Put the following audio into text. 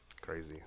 Crazy